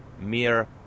mere